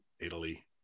italy